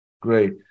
Great